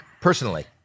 personally